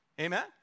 Amen